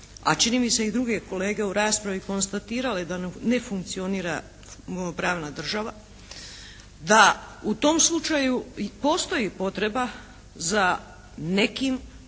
a čini mi se i druge kolege u raspravi konstatiraju da ne funkcionira pravna država, da u tom slučaju postoji potreba za nekim